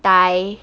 待